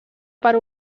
per